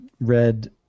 read